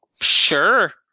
Sure